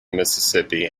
mississippi